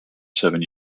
seven